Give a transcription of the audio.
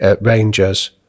Rangers